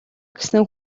гэсэн